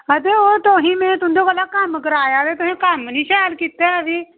ते ओह् तुसें में तुं'दे कोला कम्म कराया ते में तुसें कम्म निं शैल कीता में